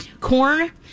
corn